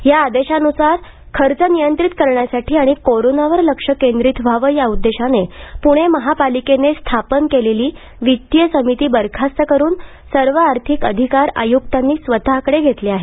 या आदेशानुसार खर्च नियंत्रित करण्यासाठी आणि कोरोना वर लक्ष केंद्रित व्हावं याउद्देशाने पुणे महापालीकेने स्थापन केलेली वित्तीय समिती बरखास्त करून सर्व आर्थिक अधिकार आयुक्तांनी स्वतः कडे घेतले आहेत